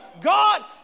God